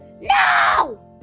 No